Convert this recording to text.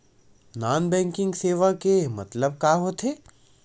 Non banking सेवा के मतलब का होथे?